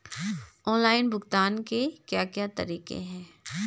Online भुगतान के क्या क्या तरीके हैं?